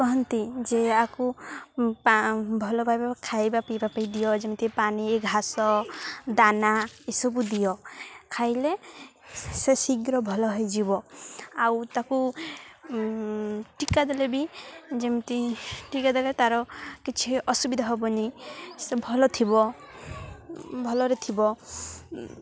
କହନ୍ତି ଯେ ଆକୁ ଭଲ ଭାବରେ ଖାଇବା ପିଇବା ପାଇଁ ଦିଅ ଯେମିତି ପାଣି ଘାସ ଦାନା ଏସବୁ ଦିଅ ଖାଇଲେ ସେ ଶୀଘ୍ର ଭଲ ହେଇଯିବ ଆଉ ତାକୁ ଟୀକା ଦେଲେ ବି ଯେମିତି ଟୀକା ଦେଲେ ତା'ର କିଛି ଅସୁବିଧା ହବନି ସେ ଭଲ ଥିବ ଭଲ ରେ ଥିବ